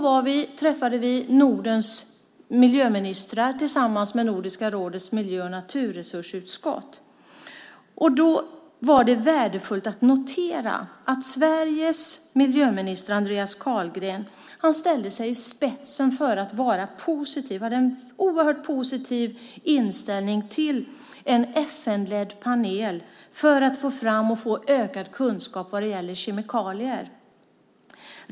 Vi träffade Nordens miljöministrar tillsammans med Nordiska rådets miljö och naturresursutskott. Då var det värdefullt att notera att Sveriges miljöminister Andreas Carlgren ställde sig i spetsen och hade en oerhört positiv inställning till en FN-ledd panel för att få fram och få ökad kunskap vad gäller kemikalier.